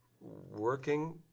working